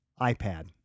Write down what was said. iPad